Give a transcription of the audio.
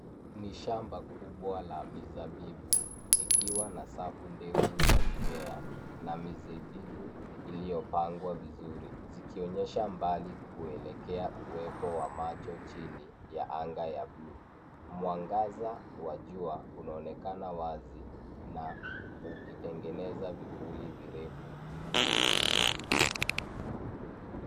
Ni shamba kubwa la mizabibu ikiwa na safu ndefu za mimea na mizabibu iliyopangwa vizuri, zikionyesha mbali kwelekea uwepo wa macho chini ya anga ya buluu. Mwangaza wa jua unaonekana wazi na ukitengeneza vifuli virefu.